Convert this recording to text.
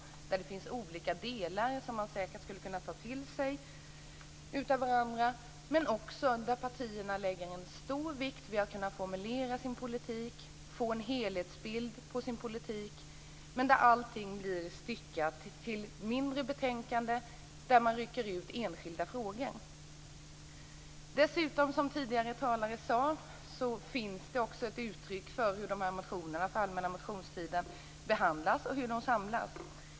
Där finns olika delar och man skulle säkert kunna ta till sig av varandras förslag. Partierna lägger också stor vikt vid att kunna formulera sin politik och ge en helhetsbild av den. Jag tycker att det är ganska synd att väldigt många av de här motionerna blir styckade till mindre betänkanden, där man rycker ut enskilda frågor. Dessutom finns det, som tidigare talare sade, också ett uttryck för hur motionerna från allmänna motionstiden behandlas och hur de samlas.